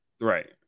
Right